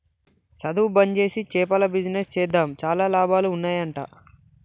సధువు బంజేసి చేపల బిజినెస్ చేద్దాం చాలా లాభాలు ఉన్నాయ్ అంట